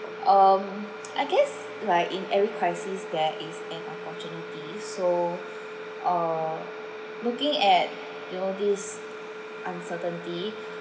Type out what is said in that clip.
um I guess like in every crisis there is an opportunities uh looking at you know this uncertainty